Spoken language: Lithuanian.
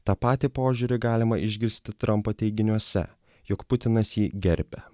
tą patį požiūrį galima išgirsti trampo teiginiuose jog putinas jį gerbia